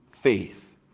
faith